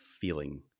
feeling